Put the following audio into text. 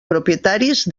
propietaris